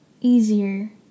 easier